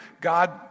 God